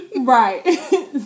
Right